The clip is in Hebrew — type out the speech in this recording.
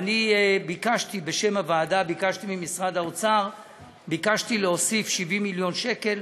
ביקשתי בשם הוועדה ממשרד האוצר להוסיף 70 מיליון שקל